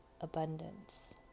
abundance